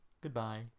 goodbye